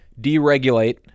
deregulate